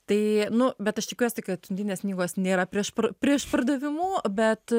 tai nu bet aš tikiuosi kad undinės knygos nėra prieš pra prie išpardavimų bet